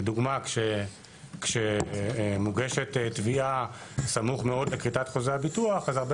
לדוגמה כשמוגשת תביעה סמוך מאוד לכריתת חוזה הביטוח אז הרבה